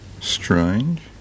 Strange